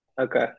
Okay